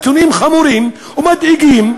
אלה נתונים חמורים ומדאיגים,